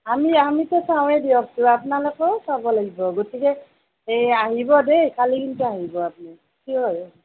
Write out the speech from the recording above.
আমি আমিতো চাওঁৱেই দিয়কতো আপোনালোকেও চাব লাগিব গতিকে আহিব দেই কালি কিন্তু আহিব আপুনি চিয়'ৰ